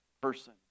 person